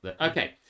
Okay